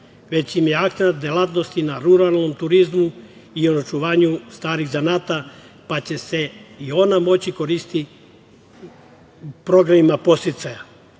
već im je akcenat delatnosti na ruralnom turizmu i očuvanju starih zanata, pa će se i ona moći koristiti programima